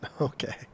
Okay